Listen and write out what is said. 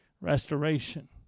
restoration